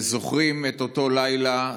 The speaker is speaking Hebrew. זוכרים את אותו לילה,